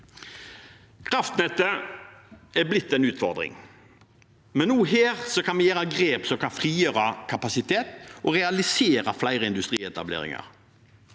Kraftnettet er blitt en utfordring, men også her kan vi ta grep som kan frigjøre kapasitet og realisere flere industrietableringer.